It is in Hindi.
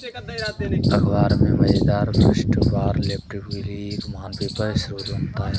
अख़बार में मज़ेदार पृष्ठ उपहार लपेटने के लिए एक महान पेपर स्रोत बनाते हैं